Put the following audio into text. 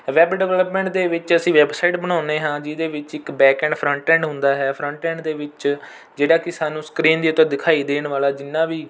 web development ਦੇ ਵਿੱਚ ਅਸੀਂ ਵੈੱਬਸਾਈਟ ਬਣਾਉਂਦੇ ਹਾਂ ਜਿਹਦੇ ਵਿੱਚ ਇੱਕ ਬੈਂਕਐਂਡ ਫਰੰਟਐਂਡ ਹੁੰਦਾ ਹੈ ਫਰੰਟਐਂਡ ਦੇ ਵਿੱਚ ਜਿਹੜਾ ਕਿ ਸਾਨੂੰ ਸਕਰੀਨ ਦੇ ਉੱਤੇ ਦਿਖਾਈ ਦੇਣ ਵਾਲਾ ਜਿੰਨਾ ਵੀ